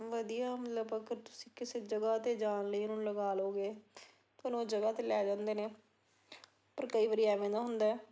ਵਧੀਆ ਮਤਲਬ ਅਗਰ ਤੁਸੀਂ ਕਿਸੇ ਜਗ੍ਹਾ 'ਤੇ ਜਾਣ ਲਈ ਉਹਨਾਂ ਨੂੰ ਲਗਾ ਲਉਂਗੇ ਤੁਹਾਨੂੰ ਜਗ੍ਹਾ 'ਤੇ ਲੈ ਜਾਂਦੇ ਨੇ ਪਰ ਕਈ ਵਾਰੀ ਐਵੇਂ ਦਾ ਹੁੰਦਾ